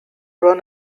run